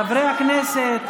חברי הכנסת,